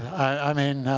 i mean